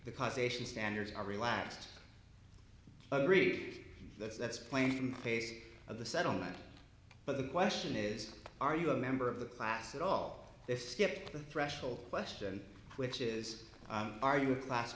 the causation standards are relaxed i agree that that's plain from case of the settlement but the question is are you a member of the class at all this skip the threshold question which is are you a class